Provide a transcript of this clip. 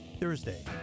Thursday